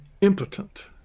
impotent